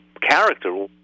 character